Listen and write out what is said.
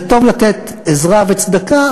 זה טוב לתת עזרה וצדקה,